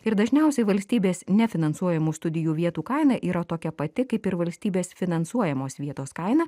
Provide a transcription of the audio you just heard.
ir dažniausiai valstybės nefinansuojamų studijų vietų kaina yra tokia pati kaip ir valstybės finansuojamos vietos kaina